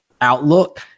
Outlook